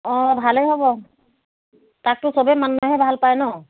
অঁ ভালেই হ'ব তাকতো সবেই মানুহে ভাল পায় নহ্